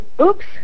oops